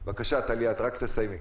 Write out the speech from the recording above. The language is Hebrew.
טליה, בבקשה, תסיימי.